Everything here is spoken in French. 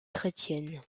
chrétienne